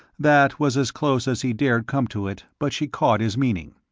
that was as close as he dared come to it, but she caught his meaning.